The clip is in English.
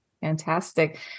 Fantastic